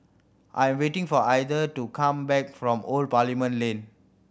I am waiting for Ether to come back from Old Parliament Lane